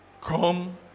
Come